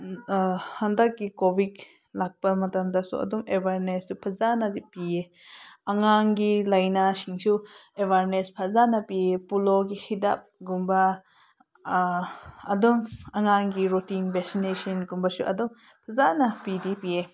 ꯍꯟꯗꯛꯀꯤ ꯀꯣꯚꯤꯠ ꯂꯥꯛꯄ ꯃꯇꯝꯗꯁꯨ ꯑꯗꯨꯝ ꯑꯦꯋꯥꯔꯅꯦꯁꯇꯣ ꯐꯖꯅꯗꯤ ꯄꯤꯌꯦ ꯑꯉꯥꯡꯒꯤ ꯂꯥꯏꯅꯥꯁꯤꯡꯁꯨ ꯑꯦꯋꯥꯔꯅꯦꯁ ꯐꯖꯅ ꯄꯤꯌꯦ ꯄꯣꯂꯣꯒꯤ ꯍꯤꯗꯥꯛꯀꯨꯝꯕ ꯑꯗꯨꯝ ꯑꯉꯥꯡꯒꯤ ꯔꯣꯇꯤꯟ ꯚꯦꯛꯁꯤꯅꯦꯁꯟꯒꯨꯝꯕꯁꯨ ꯑꯗꯨꯝ ꯐꯖꯅ ꯄꯤꯗꯤ ꯄꯤꯌꯦ